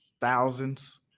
thousands